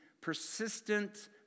persistent